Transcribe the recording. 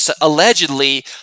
allegedly